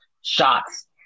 shots